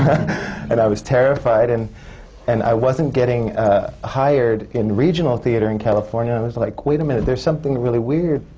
and i was terrified. and and i wasn't getting hired in regional theatre in california. i was like, wait a minute, there's something really weird!